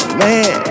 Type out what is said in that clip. man